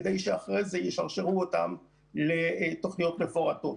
כדי שאחרי זה ישרשרו אותם לתוכניות מפורטות.